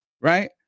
right